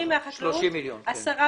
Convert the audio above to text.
20 מהחקלאות ו-10 מיליון מהאוצר.